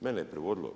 Mene je privodilo.